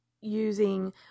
using